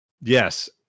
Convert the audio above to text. Yes